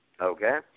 Okay